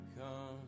come